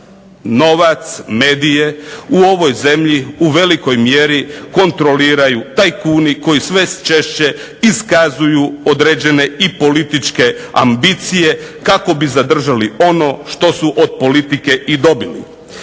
novac medije u ovoj zemlji u velikoj mjeri kontroliraju tajkuni koji sve češće iskazuju određene i političke ambicije kako bi zadržali ono što su od politike i dobili.